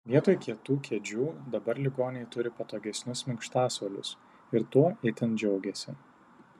vietoj kietų kėdžių dabar ligoniai turi patogesnius minkštasuolius ir tuo itin džiaugiasi